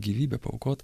gyvybę paaukot